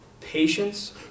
patience